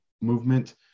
movement